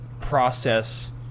process